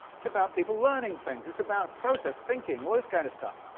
it's about people learning things, it's about process, thinking, all this kind of stuff.